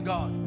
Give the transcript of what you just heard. God